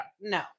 no